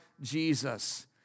Jesus